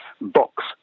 box